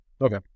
Okay